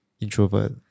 introvert